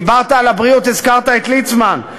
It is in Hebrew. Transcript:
דיברת על הבריאות, הזכרת את ליצמן.